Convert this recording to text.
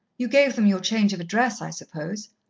you gave them your change of address, i suppose.